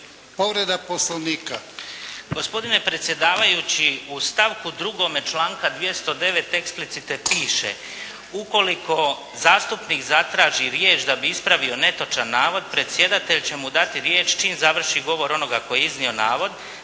Goran (HNS)** Gospodine predsjedavajući, u stavku 2. članka 209. eksplicite piše: "Ukoliko zastupnik zatraži riječ da bi ispravio netočan navod, predsjedatelj će mu dati riječ čim završi govor onoga tko je iznio navod.